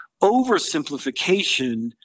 oversimplification